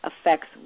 affects